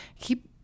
keep